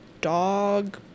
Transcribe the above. dog